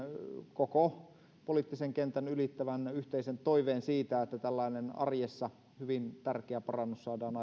koko poliittisen kentän ylittävän yhteisen toiveen siitä että tällainen arjessa hyvin tärkeä parannus saadaan